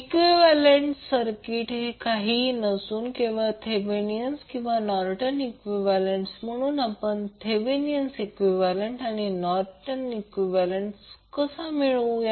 equivalent circuit हे काहीही नसून केवळ थेवेनीण किंवा नॉर्टन इक्विवैलेन्ट म्हणून आपण थेवेनीण इक्विवैलेन्ट आणि नोर्टन इक्विवैलेन्ट कसा मिळवूया